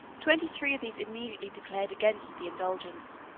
twenty-three of these immediately declared against the indulgence,